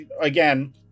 again